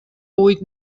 huit